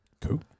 Cool